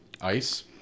Ice